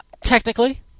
Technically